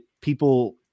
people